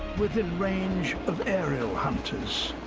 within range of aerial hunters.